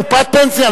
קופת פנסיה,